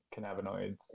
cannabinoids